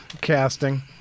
casting